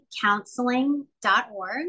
counseling.org